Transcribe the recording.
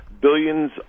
billions